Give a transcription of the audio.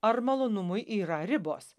ar malonumui yra ribos